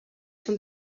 són